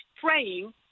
praying